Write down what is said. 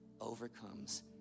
overcomes